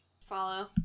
Follow